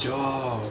that's his job